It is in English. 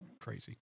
crazy